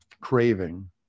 craving